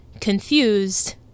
confused